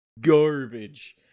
garbage